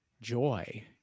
joy